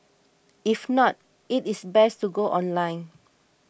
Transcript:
if not it is best to go online